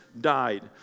died